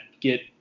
get